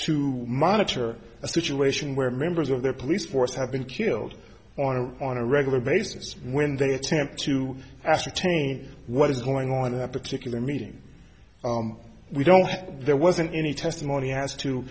to monitor a situation where members of their police force have been killed on a on a regular basis when they attempt to ascertain what is going on in a particular meeting we don't have there wasn't any testimony as to